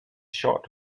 shot